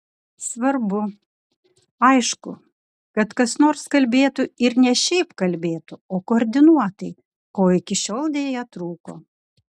svarbu aišku kad kas nors kalbėtų ir ne šiaip kalbėtų o koordinuotai ko iki šiol deja trūko